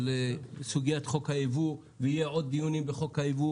על סוגיית חוק הייבוא ויהיו עוד דיונים בחוק הייבוא,